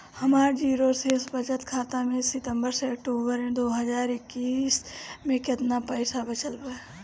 हमार जीरो शेष बचत खाता में सितंबर से अक्तूबर में दो हज़ार इक्कीस में केतना पइसा बचल बा?